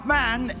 man